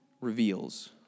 reveals